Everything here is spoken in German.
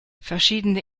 verschiedene